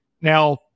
now